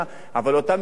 אבל אותם עיוורים,